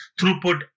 throughput